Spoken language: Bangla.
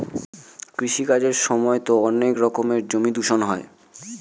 কৃষি কাজের সময়তো অনেক রকমের জমি দূষণ হয়